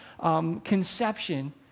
conception